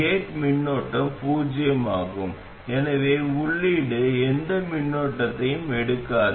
gate மின்னோட்டம் பூஜ்ஜியமாகும் எனவே உள்ளீடு எந்த மின்னோட்டத்தையும் எடுக்காது